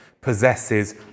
possesses